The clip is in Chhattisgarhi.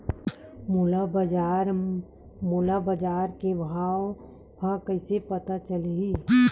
मोला बजार के भाव ह कइसे पता चलही?